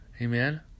Amen